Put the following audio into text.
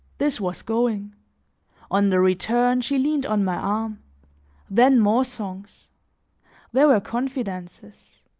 this was going on the return, she leaned on my arm then more songs there were confidences,